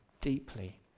deeply